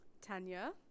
Tanya